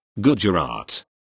Gujarat